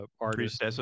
artist